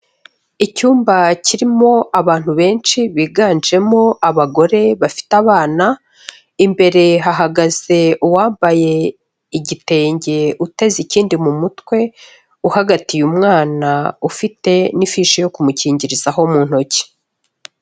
Icyumba kirimo abantu benshi biganjemo abagore bafite abana, imbere hahagaze uwambaye igitenge uteze ikindi mu mutwe uhagatiye umwana ufite n'ifishi yo kumukingirizaho mu ntoki.